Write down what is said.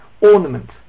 ornament